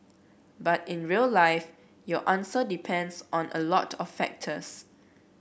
but in real life your answer depends on a lot of factors